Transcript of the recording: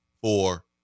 four